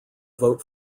vote